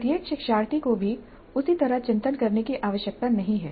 प्रत्येक शिक्षार्थी को भी उसी तरह चिंतन करने की आवश्यकता नहीं है